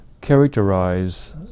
characterize